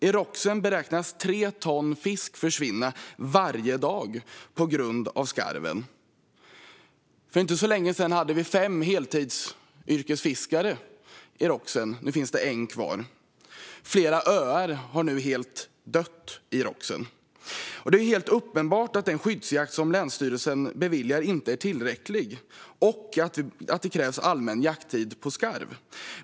I Roxen beräknas 3 ton fisk försvinna varje dag på grund av skarven. För inte så länge sedan hade vi fem heltidsyrkesfiskare i Roxen. Nu finns det en kvar. Flera öar i Roxen är nu helt döda. Det är helt uppenbart att den skyddsjakt som länsstyrelsen beviljar inte är tillräcklig och att det krävs allmän jakttid på skarv.